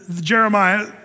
Jeremiah